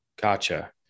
Gotcha